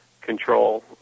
control